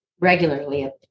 regularly